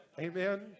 Amen